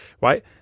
right